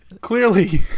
Clearly